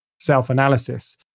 self-analysis